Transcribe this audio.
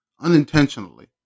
unintentionally